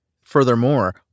Furthermore